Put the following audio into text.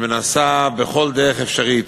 שמנסה בכל דרך אפשרית,